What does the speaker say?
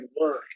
work